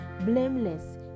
blameless